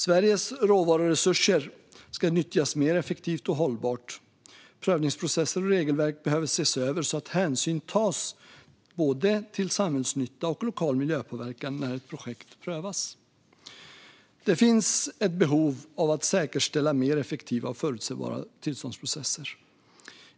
Sveriges råvaruresurser ska nyttjas mer effektivt och hållbart. Prövningsprocesser och regelverk behöver ses över så att hänsyn tas till både samhällsnytta och lokal miljöpåverkan när ett projekt prövas. Det finns ett behov av att säkerställa mer effektiva och förutsebara tillståndsprocesser.